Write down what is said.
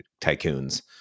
tycoons